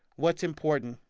what's important?